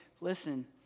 Listen